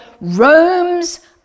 roams